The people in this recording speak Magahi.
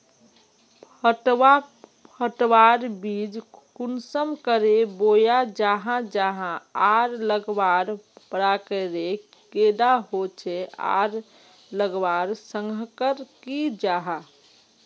पटवा पटवार बीज कुंसम करे बोया जाहा जाहा आर लगवार प्रकारेर कैडा होचे आर लगवार संगकर की जाहा?